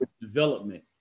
development